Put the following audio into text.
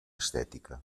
estètica